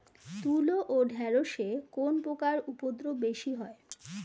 তুলো ও ঢেঁড়সে কোন পোকার উপদ্রব বেশি হয়?